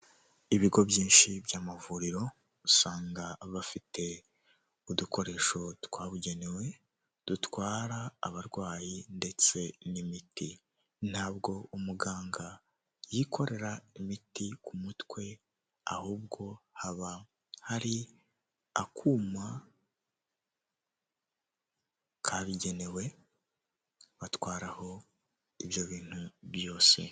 Ibigo byinshi by'amavuriro usanga bafite udukoresho twabugenewe dutwara abarwayi ndetse n'imiti ,ntabwo umuganga yikorera imiti ku mutwe ahubwo haba hari akuma kabigenewe batwaraho ibyo bintu byose.